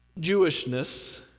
Jewishness